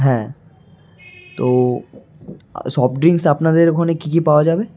হ্যাঁ তো soft drinks আপনাদের ওখানে কী কী পাওয়া যাবে